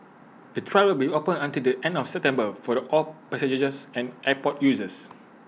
the trail will be open until the end of September for all passengers and airport users